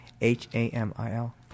H-A-M-I-L